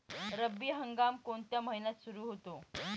रब्बी हंगाम कोणत्या महिन्यात सुरु होतो?